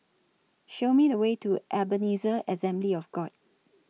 Show Me The Way to Ebenezer Assembly of God